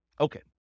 Okay